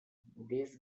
this